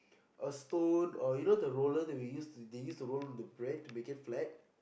a stone or you know the roller that we use they use to roller the bread to make it flat